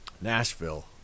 Nashville